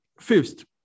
first